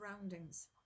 surroundings